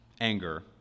anger